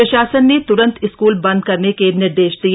प्रशासन ने त्रंत स्कूल बंद करने के निर्देश दिए